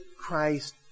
Christ